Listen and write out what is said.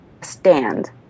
stand